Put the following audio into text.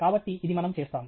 కాబట్టి ఇది మనము చేస్తాము